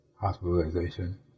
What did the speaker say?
hospitalization